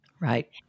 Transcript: Right